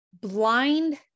blind